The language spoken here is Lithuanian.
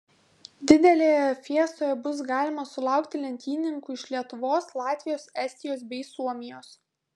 didelėje fiestoje bus galima sulaukti lenktynininkų iš lietuvos latvijos estijos bei suomijos